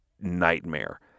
nightmare